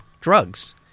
drugs